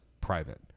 private